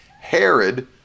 Herod